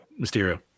Mysterio